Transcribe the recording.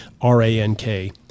R-A-N-K